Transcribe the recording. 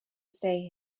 stay